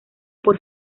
por